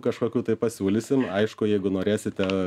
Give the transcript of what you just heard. kažkokių tai pasiūlysim aišku jeigu norėsite